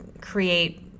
create